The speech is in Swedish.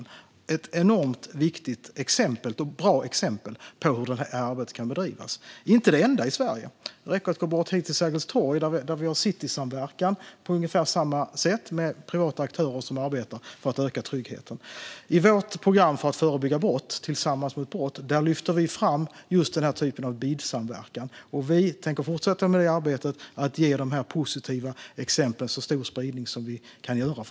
Det är ett enormt viktigt och bra exempel på hur det arbetet kan bedrivas. Det är inte det enda i Sverige. Det räcker att gå bort till Sergels torg, där vi har City i samverkan på ungefär samma sätt med privata aktörer som arbetar för att öka tryggheten. I vårt program för att förebygga brott, Tillsammans mot brott, lyfter vi fram just den här typen av BID-samverkan. Vi tänker fortsätta med det arbetet och att ge de positiva exemplen en så stor spridning som vi kan göra.